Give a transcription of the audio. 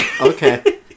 Okay